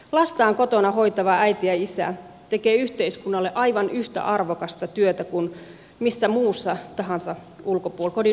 lastaan kotona hoitava äiti ja isä tekee yhteiskunnalle aivan yhtä arvokasta työtä kuin missä muussa tahansa kodin ulkopuolisessa työssä